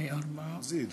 אדוני היושב-ראש,